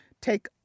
take